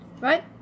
right